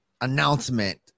announcement